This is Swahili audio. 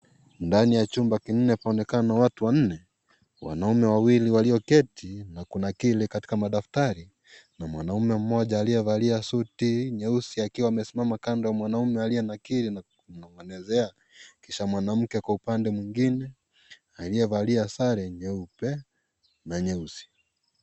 Ndani ya chumba kinachoonekana watu wanne, wanaume wawili walioketi na kunakili katika madaftri na mwanamume mmoja aliyevalia suti nyeusi akiwa amesimama kando ya mwanamume aliyenakili na kumnong'onezea kisha mwanamke kwa upande mwengine aliyevalia sare nyeupe na nyeusi.